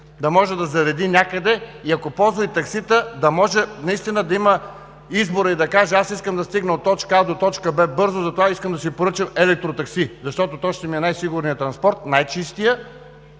да може да зареди някъде, и ако ползва и таксита, да може наистина да има избор и да каже: „Аз искам да стигна от точка А до точка Б бързо, затова искам да си поръчам електротакси, защото то ще ми е най-сигурният, най-чистият